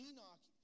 Enoch